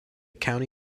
county